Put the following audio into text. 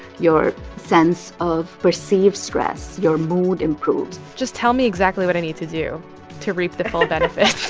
your sense of perceived stress. your mood improves just tell me exactly what i need to do to reap the full benefits